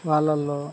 వాటిలో